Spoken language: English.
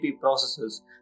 processes